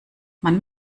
man